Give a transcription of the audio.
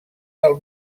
del